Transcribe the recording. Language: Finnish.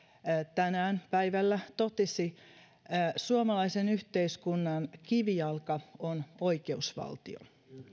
tänään päivällä totesi suomalaisen yhteiskunnan kivijalka on oikeusvaltio